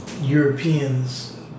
Europeans